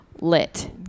Lit